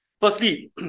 Firstly